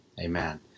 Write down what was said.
Amen